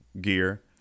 gear